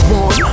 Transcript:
one